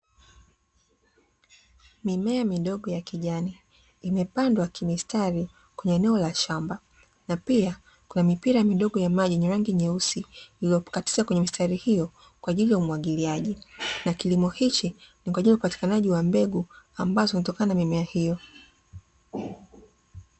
Mimea midogo ya kijani imepandwa kimistari kwenye eneo la shamba, na pia kuna mipira mingi ya maji yenye rangi nyeusi iliyokatiza kwenye mistari hiyo kwa ajili ya umwagiliaji, na kilimo hichi ni kwa ajili ya upatikanaji wa mbegu ambazo hutokana na mimea hiyo.